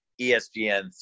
ESPN